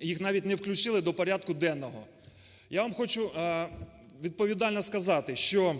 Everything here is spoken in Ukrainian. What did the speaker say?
їх навіть не включили до порядку денного. Я вам хочу відповідально сказати, що